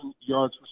yards